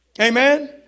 Amen